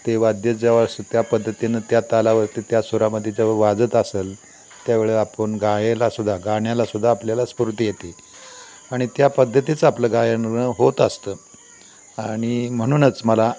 ते वाद्य जेव्हा असं त्या पद्धतीनं त्या तालावरती त्या सुरामध्ये जेव्हा वाजत असेल त्यावेळेस आपण गायलासुद्धा गाण्यालासुद्धा आपल्याला स्फूर्ती येते आणि त्या पद्धतीचं आपलं गायन होत असतं आणि म्हणूनच मला